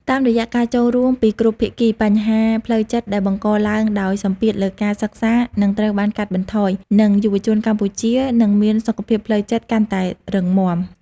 តាមរយៈការចូលរួមពីគ្រប់ភាគី បញ្ហាផ្លូវចិត្តដែលបង្កឡើងដោយសម្ពាធលើការសិក្សានឹងត្រូវបានកាត់បន្ថយ និងយុវជនកម្ពុជានឹងមានសុខភាពផ្លូវចិត្តកាន់តែរឹងមាំ។